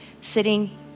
sitting